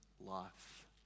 life